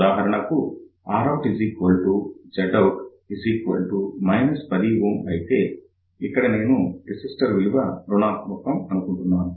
ఉదాహరణకుRoutZout 10 Ω అయితే ఇక్కడ నేను రెజిస్టర్ విలువ రుణాత్మకం తీసుకుంటున్నాను